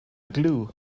glue